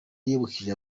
yibukije